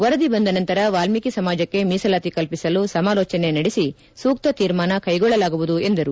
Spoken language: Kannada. ವರದಿ ಬಂದ ನಂತರ ವಾಲ್ಮೀಕಿ ಸಮಾಜಕ್ಕೆ ಮೀಸಲಾತಿ ಕಲ್ಪಿಸಲು ಸಮಾಲೋಚನೆ ನಡೆಸಿ ಸೂಕ್ತ ತೀರ್ಮಾನ ಕೈಗೊಳ್ಳಲಾಗುವುದು ಎಂದರು